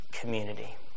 community